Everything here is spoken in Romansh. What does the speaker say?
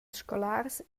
scolars